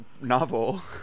novel